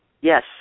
Yes